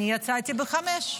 אני יצאתי ב-17:00.